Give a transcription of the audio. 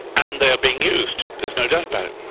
and they're being used, there's no doubt about it.